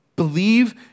Believe